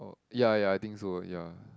ya ya I think so ya